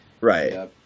Right